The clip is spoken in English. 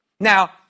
Now